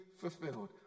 fulfilled